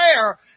prayer